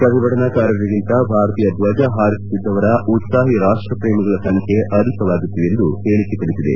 ಪ್ರತಿಭಟನಾಕಾರರಿಗಿಂತ ಭಾರತೀಯ ಧ್ವಜ ಹಾರಿಸುತ್ತಿದ್ದವರ ಉತ್ಸಾಹಿ ರಾಷ್ಟಪ್ರೇಮಿಗಳ ಸಂಖ್ಯೆ ಅಧಿಕವಾಗಿತ್ತು ಎಂದು ಹೇಳಿಕೆ ತಿಳಿಸಿದೆ